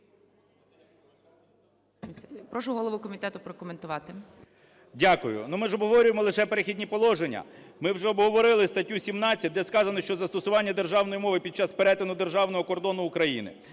Прошу голову комітету прокоментувати. 11:06:21 КНЯЖИЦЬКИЙ М.Л. Дякую. Ну, ми ж обговорюємо лише "Перехідні положення". Ми вже обговорили статтю 17, де сказано, що застосування державної мови під час перетину державного кордону України,